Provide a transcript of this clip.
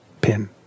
pin